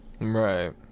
right